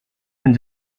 and